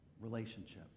relationship